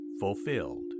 fulfilled